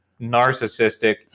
narcissistic